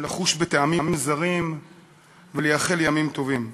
לחוש בטעמים זרים ולייחל לימים טובים.